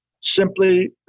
Simply